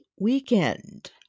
weekend